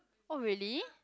oh really